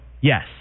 Yes